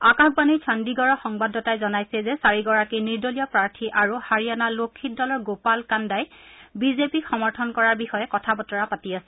আকাশবাণীৰ চণ্ডীগড়ৰ সংবাদদাতাই জনাইছে যে চাৰিগৰাকী নিৰ্দলীয় প্ৰাৰ্থী আৰু হাৰিয়াণা লোকহিত দলৰ গোপাল কাণ্ডাই বিজেপিক সমৰ্থন কৰাৰ বিষয়ে কথা বতৰা পাতি আছে